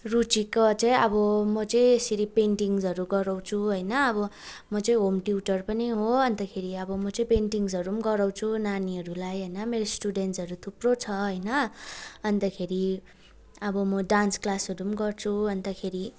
रुचिको चाहिँ अब म चाहिँ यसरी पेन्टिङ्सहरू गराउँछु होइन अब म चाहिँ होम ट्युटर पनि हो अन्तखेरि अब म चाहिँ पेन्टिङ्सहरू पनि गराउँछु नानीहरूलाई होइन मेरो स्टुडेन्टसहरू थुप्रो छ होइन अन्तखेरि अब म डान्स क्लासहरू पनि गर्छु अन्तखेरि